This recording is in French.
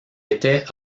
était